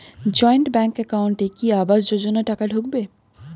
Joint bank একাউন্টে কি আবাস যোজনা টাকা ঢুকবে?